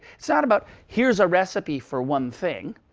it's not about here's a recipe for one thing.